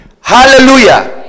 hallelujah